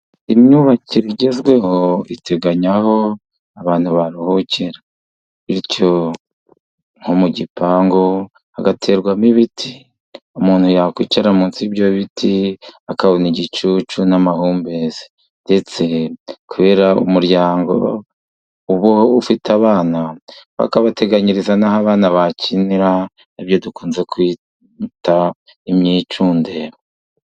Imyubakire igezweho iteganya aho abantu baruhukira, bityo nko mu gipangu hagaterwamo ibiti umuntu yakwicara munsi y'ibyo biti, akabona igicucu n'amahumbezi ndetse kubera umuryango uba ufite abana, bakabateganyiriza n'aho abana bakinira, aribyo dukunze kwita imyicundero.